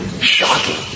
Shocking